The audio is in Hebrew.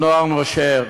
על נוער נושר,